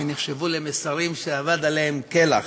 נחשבו למסרים שאבד עליהם כלח.